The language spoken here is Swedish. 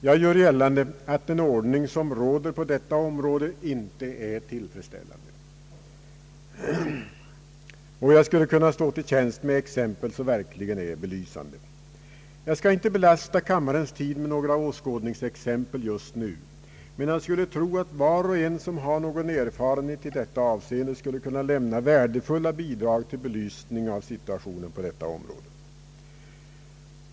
Jag gör gällande att den ordning vi har på detta område inte är tillfredsställande, och jag skulle kunna stå till tjänst med exempel som verkligen är belysande. Jag skall inte belasta kammarens tid med några åskådningsexempel just nu, men jag skulle tro att var och en som har någon erfarenhet i detta avseende skulle kunna lämna värdefulla bidrag till belysning av situationen på detta område.